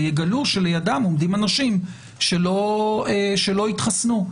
ויגלו שלידם עומדים אנשים שלא התחסנו.